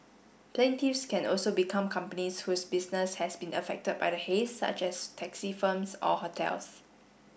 plaintiffs can also be companies whose business has been affected by the haze such as taxi firms or hotels